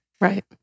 Right